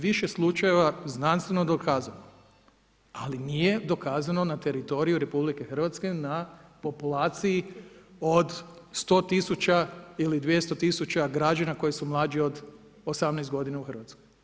Više slučajeva, znanstveno dokazano, ali nije dokazano na teritoriju RH, na populaciji od 100000 ili 200000 građana koji su mlađi od 18 g. u Hrvatskoj.